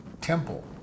temple